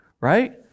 Right